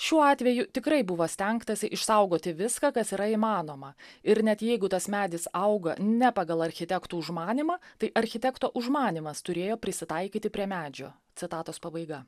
šiuo atveju tikrai buvo stengtasi išsaugoti viską kas yra įmanoma ir net jeigu tas medis auga ne pagal architektų užmanymą tai architekto užmanymas turėjo prisitaikyti prie medžio citatos pabaiga